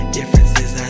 Differences